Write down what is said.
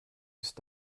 ist